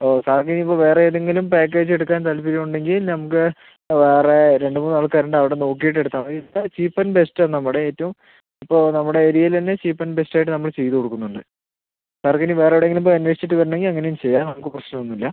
ഓ സാറിന് ഇനി ഇപ്പം വേറെ ഏതെങ്കിലും പാക്കേജ് എടുക്കാൻ താൽപര്യം ഉണ്ടെങ്കിൽ നമുക്ക് വേറെ രണ്ട് മൂന്ന് ആൾക്കാർ ഉണ്ട് അവിടെ നോക്കിയിട്ട് എടുത്താൽ മതി ഇവിടെ ചീപ്പ് ആൻഡ് ബെസ്റ്റ് ആണ് നമ്മുടെ ഏറ്റവും ഇപ്പം നമ്മുടെ ഏരിയയിൽ തന്നെ ചീപ്പ് ആൻഡ് ബെസ്റ്റ് ആയിട്ട് നമ്മൾ ചെയ്ത് കൊടുക്കുന്നുണ്ട് സാർക്ക് ഇനി വേറെ എവിടെ എങ്കിലും പോയി അന്വേഷിച്ചിട്ട് വരണമെങ്കിൽ അങ്ങനെയും ചെയ്യാം നമുക്ക് പ്രശ്നം ഒന്നും ഇല്ല